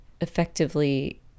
effectively